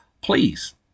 please